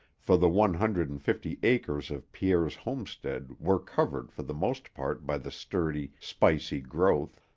for the one hundred and fifty acres of pierre's homestead were covered for the most part by the sturdy, spicy growth,